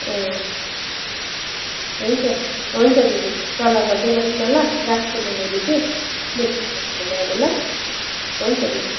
अँ हुन्छ हुन्छ दिदी सल्लाह गर्दै गरौँ न ल राख्छु म अहिले कि म अब ल हुन्छ दिदी